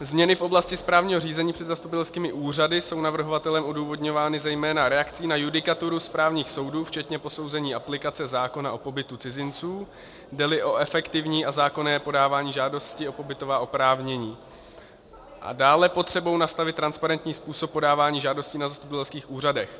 Změny v oblasti správního řízení před zastupitelskými úřady jsou navrhovatelem odůvodňovány zejména reakcí na judikaturu správních soudů včetně posouzení aplikace zákona o pobytu cizinců, jdeli o efektivní a zákonné podávání žádosti o pobytová oprávnění, a dále potřebou nastavit transparentní způsob podávání žádostí na zastupitelských úřadech.